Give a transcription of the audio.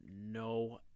no